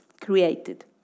created